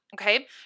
okay